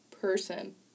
person